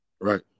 Right